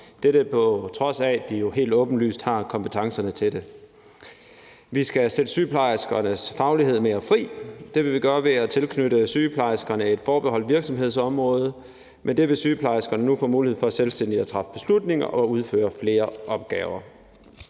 på trods af at de jo helt åbenlyst har kompetencerne til det. Vi skal sætte sygeplejerskernes faglighed mere fri. Det vil vi gøre ved at tilknytte sygeplejerskerne et forbeholdt virksomhedsområde. Med det vil sygeplejerskerne nu få mulighed for selvstændigt at træffe beslutninger og udføre flere opgaver.